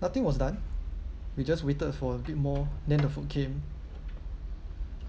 nothing was done we just waited for a bit more then the food came